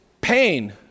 pain